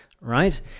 right